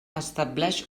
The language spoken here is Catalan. establix